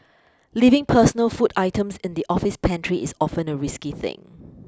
leaving personal food items in the office pantry is often a risky thing